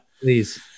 Please